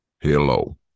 Hello